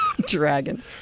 Dragon